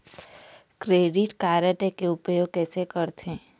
Credit card के उपयोग कैसे करथे?